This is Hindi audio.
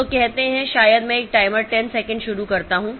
तो कहते हैं शायद मैं एक टाइमर 10 सेकंड शुरू करता हूं